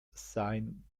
sein